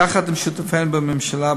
יחד עם שותפינו בממשלה,